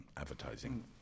advertising